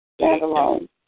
Standalone